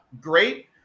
great